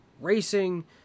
racing